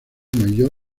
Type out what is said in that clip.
maillot